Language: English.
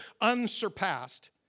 unsurpassed